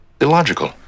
Illogical